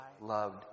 loved